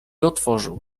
otworzył